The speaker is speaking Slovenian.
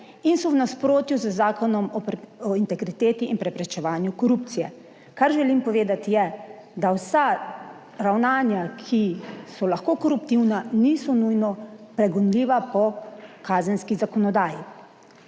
in so v nasprotju z Zakonom o integriteti in preprečevanju korupcije. Kar želim povedati, je, da vsa ravnanja, ki so lahko koruptivna, niso nujno pregonljiva po kazenski zakonodaji.